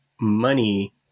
money